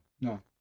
No